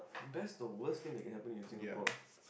best or worst thing that can happen to you in Singapore